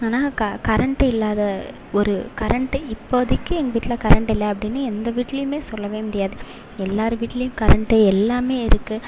ஆனால் கரெண்ட்டு இல்லாத ஒரு கரெண்ட்டு இப்போதிக்கு எங்கள் வீட்டில் கரெண்ட்டு இல்லை அப்படின்னு எந்த வீட்டிலியுமே சொல்லவே முடியாது எல்லார் வீட்டிலியும் கரெண்ட்டு எல்லாமே இருக்குது